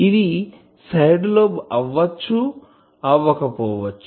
ఇది side lobe అవ్వచ్చు అవ్వకపోవచ్చు